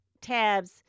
tabs